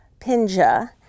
Pinja